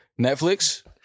Netflix